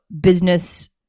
business